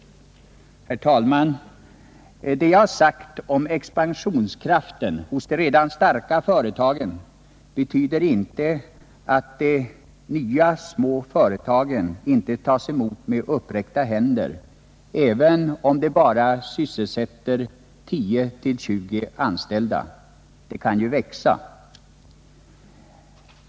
Herr talman! Det jag här sagt om expansionskraften hos de redan starka företagen betyder inte att de nya små företagen inte tas emot med uppräckta händer, även om de bara sysselsätter 10-20 anställda — de kan ju växa.